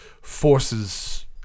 forces